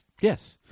Yes